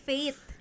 Faith